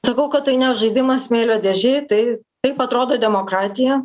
sakau kad tai ne žaidimas smėlio dėžėj tai kaip atrodo demokratija